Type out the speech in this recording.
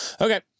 Okay